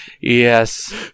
Yes